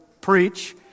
preach